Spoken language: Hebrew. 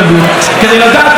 כדי לדעת עובדות.